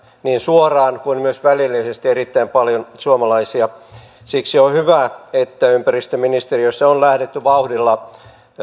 niin suoraan kuin myös välillisesti erittäin paljon suomalaisia siksi on hyvä että ympäristöministeriössä on lähdetty vauhdilla